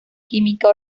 química